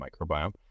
microbiome